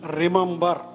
remember